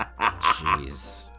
Jeez